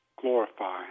glorify